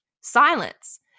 silence